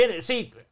see